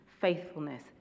faithfulness